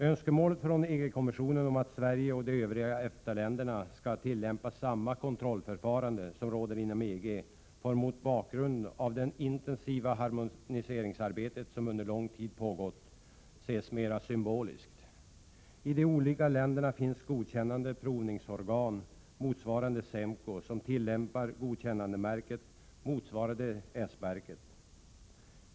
Önskemål från EG-kommissionen om att Sverige och de övriga EFTA länderna skall tillämpa samma kontrollförfarande som råder inom EG får mot bakgrund av det intensiva harmoniseringsarbete som under lång tid pågått ses mera symboliskt. I de olika länderna finns godkännande provningsorgan motsvarande SEMKO som tillämpar godkännandemärkning liknande S-märkningen.